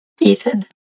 Ethan